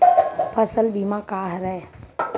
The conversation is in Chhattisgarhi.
फसल बीमा का हरय?